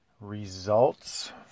Results